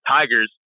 Tigers